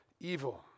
evil